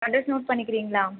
address note பண்ணிக்கிறீங்களா